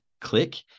click